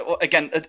again